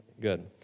good